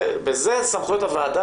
בזה סמכות הוועדה,